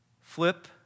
Flip